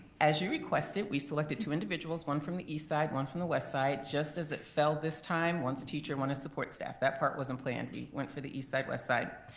as you requested, we selected two individuals, one from the east side, one from the west side. just as it fell this time, one's a teacher, one a support staff, that part wasn't planned. we went for the east side west side.